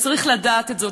וצריך לדעת את זאת,